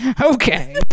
Okay